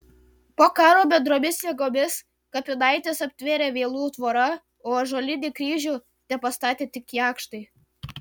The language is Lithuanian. po karo bendromis jėgomis kapinaites aptvėrė vielų tvora o ąžuolinį kryžių tepastatė tik jakštai